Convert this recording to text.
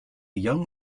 young